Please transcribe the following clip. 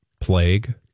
plague